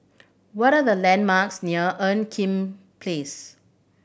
what are the landmarks near Ean Kiam Place